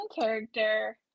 character